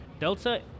Delta